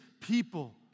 people